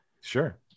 Sure